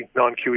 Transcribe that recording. non-QE